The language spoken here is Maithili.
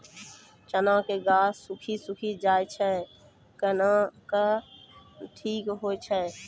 चना के गाछ सुखी सुखी जाए छै कहना को ना ठीक हो छै?